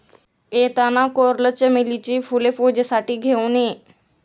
येताना कोरल चमेलीची फुले पूजेसाठी घेऊन ये